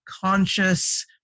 conscious